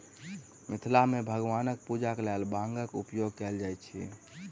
मिथिला मे भगवानक पूजाक लेल बांगक उपयोग कयल जाइत अछि